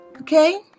okay